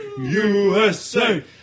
USA